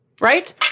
right